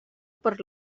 per